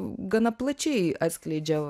gana plačiai atskleidžia